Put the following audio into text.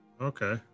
Okay